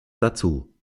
dazu